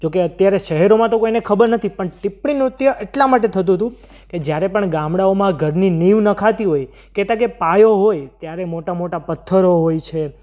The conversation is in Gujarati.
જોકે અત્યારે શહેરોમાં તો કોઈને ખબર નથી પણ ટિપ્પણી નૃત્ય એટલા માટે થતું હતું કે જ્યારે પણ ગામડાઓમાં ઘરની નીંવ નખાતી હોય કહેતા કે પાયો હોય ત્યારે મોટા મોટા પથ્થરો હોય છે